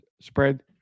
spread